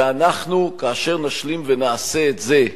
ואנחנו, כאשר נשלים ונעשה את זה,